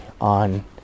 on